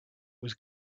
was